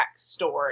backstory